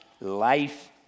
life